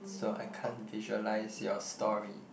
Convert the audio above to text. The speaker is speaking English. so I can't visualize your story